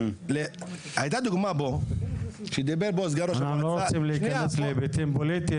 הייתה דוגמא פה --- אנחנו לא רוצים להיכנס להיבטים פוליטיים,